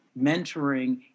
mentoring